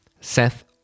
Seth